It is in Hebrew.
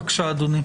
בבקשה, אדוני.